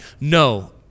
No